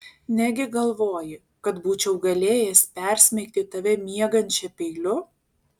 negi galvoji kad būčiau galėjęs persmeigti tave miegančią peiliu